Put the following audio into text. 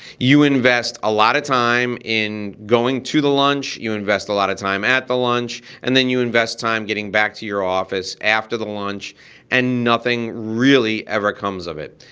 you invest a lot of time in going to the lunch, you invest a lot of time at the lunch, and then you invest time getting back to your office after the lunch and nothing really ever comes of it.